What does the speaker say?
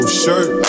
shirt